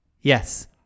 Yes